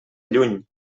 lluny